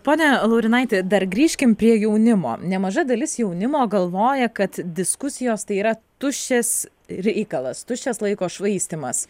pone laurinaiti dar grįžkim prie jaunimo nemaža dalis jaunimo galvoja kad diskusijos tai yra tuščias reikalas tuščias laiko švaistymas